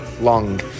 long